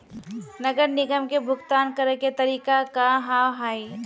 नगर निगम के भुगतान करे के तरीका का हाव हाई?